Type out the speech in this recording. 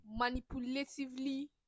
manipulatively